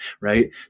right